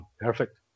perfect